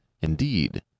Indeed